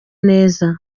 neza